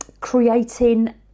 creating